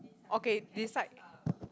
okay decide